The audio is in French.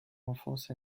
enfance